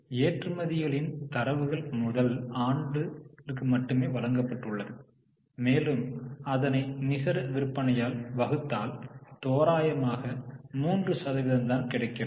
எனவே ஏற்றுமதிகளின் தரவுகள் முதல் 2 ஆண்டுகளுக்கு மட்டுமே வழங்கப்பட்டுள்ளது மேலும் அதனை நிகர விற்பனையால் வகுத்தால் தோராயமாக 3 சதவீதம் தான் கிடைக்கிறது